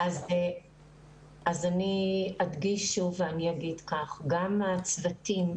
אני אדגיש שוב ואומר שגם הצוותים,